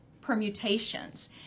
permutations